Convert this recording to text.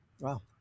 Wow